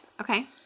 Okay